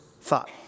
thought